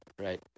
Right